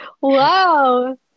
Wow